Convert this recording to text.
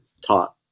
taught